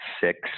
six